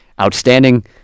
outstanding